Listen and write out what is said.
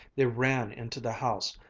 they ran into the house,